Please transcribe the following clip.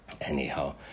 Anyhow